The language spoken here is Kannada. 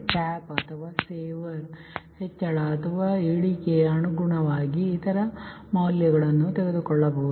ಟ್ಯಾಪ್ ಅಥವಾ ಸೇವರ್ ಹೆಚ್ಚಳ ಅಥವಾ ಇಳಿಕೆಗೆ ಅನುಗುಣವಾಗಿ ಕೆಲವು ಇತರ ಮೌಲ್ಯವನ್ನು ತೆಗೆದುಕೊಳ್ಳಬಹುದು